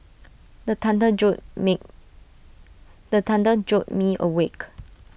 the thunder jolt me the thunder jolt me awake